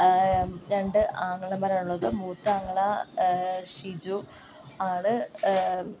രണ്ട് ആങ്ങളമാർ ആണുള്ളത് മൂത്ത ആങ്ങള ഷിജു ആൾ